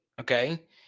okay